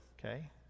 okay